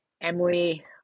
emily